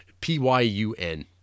P-Y-U-N